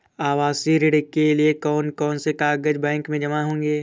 आवासीय ऋण के लिए कौन कौन से कागज बैंक में जमा होंगे?